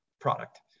product